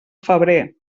febrer